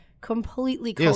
completely